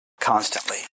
constantly